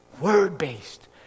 word-based